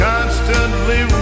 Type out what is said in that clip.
Constantly